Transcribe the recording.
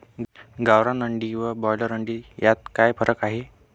गावरान अंडी व ब्रॉयलर अंडी यात काय फरक आहे?